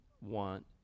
want